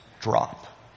drop